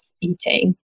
eating